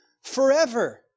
forever